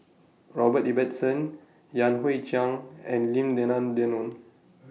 Robert Ibbetson Yan Hui Chang and Lim Denan Denon